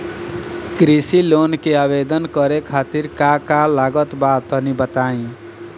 कृषि लोन के आवेदन करे खातिर का का लागत बा तनि बताई?